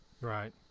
Right